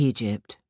Egypt